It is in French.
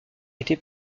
été